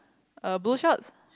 a blue shorts